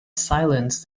silence